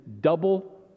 double